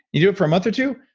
you do it for a month or two,